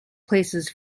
places